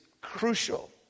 crucial